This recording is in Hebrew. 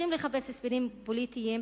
לחפש הסברים פוליטיים,